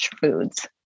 foods